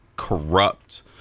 corrupt